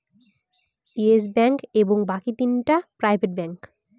yes Bank এবং বাকি তিনটা প্রাইভেট ব্যাঙ্ক